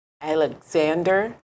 Alexander